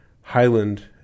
Highland